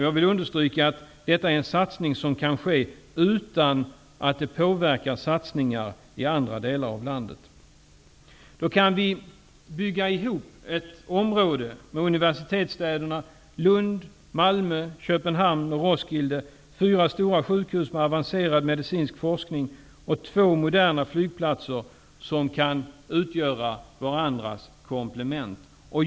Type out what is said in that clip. Jag vill understryka att detta är en satsning som kan ske utan att satsningar i andra delar av landet påverkas. Då kan vi bygga ihop ett område med universitetsstäderna Lund, Malmö, Köpenhamn och Roskilde, fyra stora sjukhus med avancerad medicinsk forskning och två moderna flygplatser som kan utgöra varandras komplement.